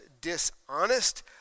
dishonest